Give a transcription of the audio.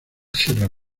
sierra